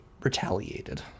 retaliated